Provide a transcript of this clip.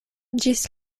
ĝis